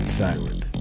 silent